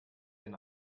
den